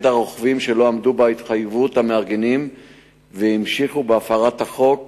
הרוכבים שלא עמדו בהתחייבות המארגנים והמשיכו בהפרת החוק